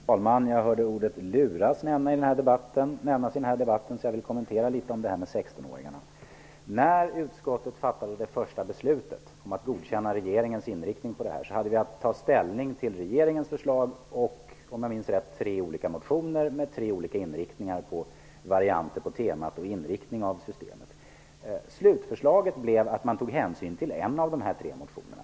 Herr talman! Jag hörde här i debatten ordet luras. Därför vill jag något kommentera det här med 16 När utskottet fattade det första beslutet om att godkänna regeringens inriktning här hade vi att ta ställning till regeringens förslag och, om jag minns rätt, tre olika motioner med tre olika inriktningar. Det handlade om varianter på temat och inriktningen av systemet. Slutförslaget blev att hänsyn togs till en av de tre motionerna.